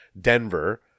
Denver